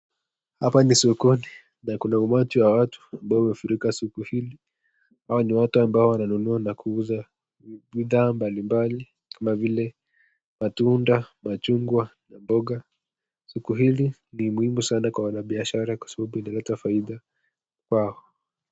Hapa ni sokoni na kuna umati wa watu ambao wamefurika soko hili hao ni watu ambao wananunua na kuuza bidhaa mbali mbali kama vile matunda, machungwa na mboga. Soko hili ni muhimu sana kwa wanabishara kwa sababu inaleta faida kwao.